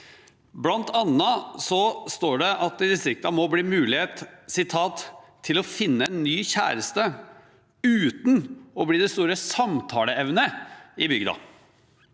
Blant annet står det at det i distriktene må bli mulighet til å finne en ny kjæreste uten å bli det store samtaleemnet i bygda.